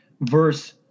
verse